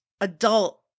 adult